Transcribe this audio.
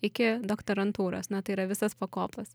iki doktorantūros na tai yra visas pakopas